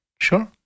Sure